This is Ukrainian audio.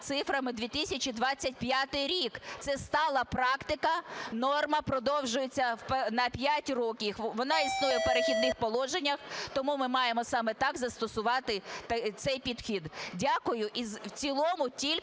цифрами "2025 рік". Це стала практика, норма продовжується на 5 років, вона існує в "Перехідних положеннях", тому ми маємо саме так застосувати цей підхід. Дякую. І в цілому тільки